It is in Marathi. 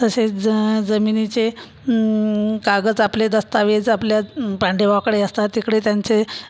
तसेच ज जमिनीचे कागद आपले दस्तावेज आपल्या पांडेवाकडे असतात तिकडे त्यांचे